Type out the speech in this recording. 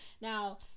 Now